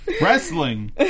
Wrestling